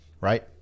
right